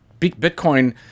Bitcoin